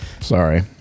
Sorry